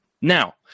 now